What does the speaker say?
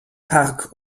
park